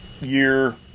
year